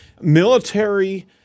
military